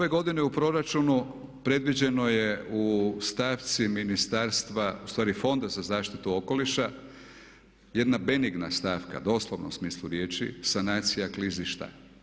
Ove godine u proračunu predviđeno je u stavci ministarstva ostvari fonda za zaštitu okoliša, jedna benigna stavka u doslovnom smislu riječi, sanacija klizišta.